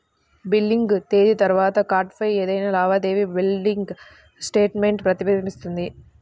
billing తేదీ తర్వాత కార్డ్పై ఏదైనా లావాదేవీ బిల్లింగ్ స్టేట్మెంట్ ప్రతిబింబిస్తుంది